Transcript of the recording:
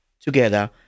together